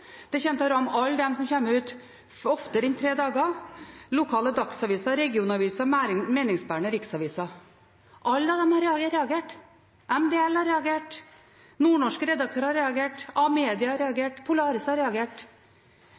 alle de avisene som kommer ut oftere enn tre dager: lokale dagsaviser, regionaviser, meningsbærende riksaviser. Alle disse har reagert. MBL har reagert, nordnorske redaktører har reagert, Amedia har reagert, Polaris har reagert.